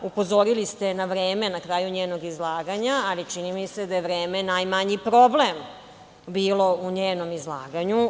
Upozorili ste je na vreme na kraju njenog izlaganja, ali čini mi se da je vreme najmanji problem bio u njenom izlaganju.